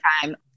time